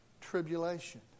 tribulation